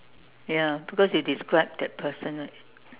ya because you describe that person right